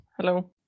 Hello